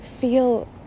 feel